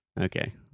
Okay